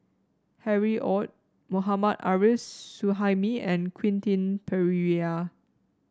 Harry Ord Mohammad Arif Suhaimi and Quentin Pereira